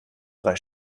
drei